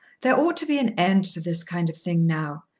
there ought to be an end to this kind of thing now.